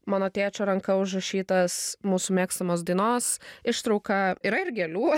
mano tėčio ranka užrašytas mūsų mėgstamos dainos ištrauka yra ir gėlių